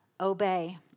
obey